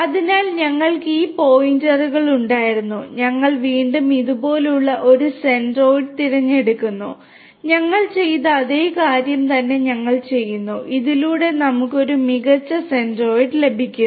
അതിനാൽ ഞങ്ങൾക്ക് ഈ പോയിന്റുകൾ ഉണ്ടായിരുന്നു ഞങ്ങൾ വീണ്ടും ഇതുപോലുള്ള ഒരു സെൻട്രൈഡ് തിരഞ്ഞെടുക്കുന്നു ഞങ്ങൾ ചെയ്ത അതേ കാര്യം തന്നെ ഞങ്ങൾ ചെയ്യുന്നു ഇതിലൂടെ നമുക്ക് ഒരു മികച്ച സെന്റ്രോയ്ഡ് ലഭിക്കുന്നു